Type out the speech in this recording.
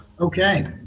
Okay